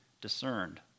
discerned